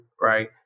right